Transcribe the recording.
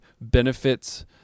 benefits